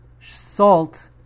salt